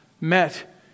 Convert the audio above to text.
met